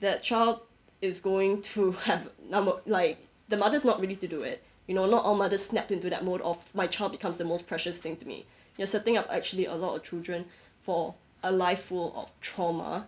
that child is going to have 那么 like the mother's not ready to do it you know not all mothers snap into that mode of my child becomes the most precious thing to me you are setting up actually a lot of children for a life full of trauma